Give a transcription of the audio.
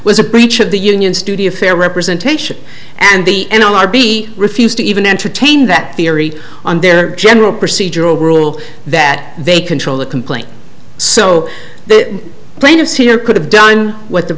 was a breach of the union studio fair representation and the n l r b refused to even entertain that theory on their general procedural rule that they control the complaint so the plaintiffs here could have done what the